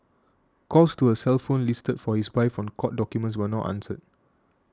calls to a cell phone listed for his wife on court documents were not answered